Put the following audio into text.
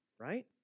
Right